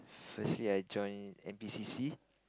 firstly I join n_p_c_c